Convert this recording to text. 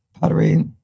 pottery